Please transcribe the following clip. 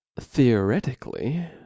Theoretically